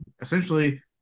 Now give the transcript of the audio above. essentially